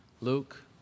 Luke